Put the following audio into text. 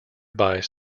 buys